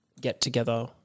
get-together